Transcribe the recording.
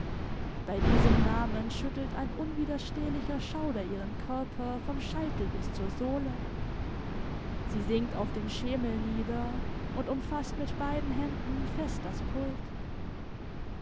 bei diesem namen schüttelt ein unwiderstehlicher schauder ihren körper vom scheitel bis zur sohle sie sinkt auf den schemel nieder und umfaßt mit beiden händen fest das pult